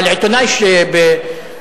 אבל עיתונאי במקום,